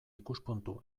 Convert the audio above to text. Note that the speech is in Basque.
ikuspuntu